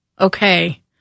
Okay